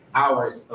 hours